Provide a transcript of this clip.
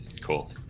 cool